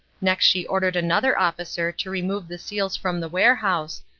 next she ordered another officer to remove the seals from the warehouse,